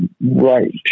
right